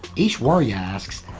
aishwarya asks,